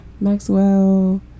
Maxwell